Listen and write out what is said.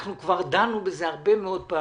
כבר דנו בזה הרבה מאוד פעמים.